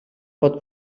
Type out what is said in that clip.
pot